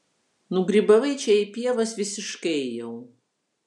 nugrybavai čia į pievas visiškai jau